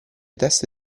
test